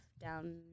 down